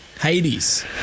Hades